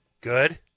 Good